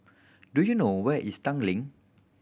do you know where is Tanglin